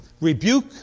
Rebuke